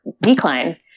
decline